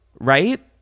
Right